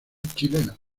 chilena